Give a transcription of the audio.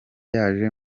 yaje